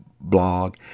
blog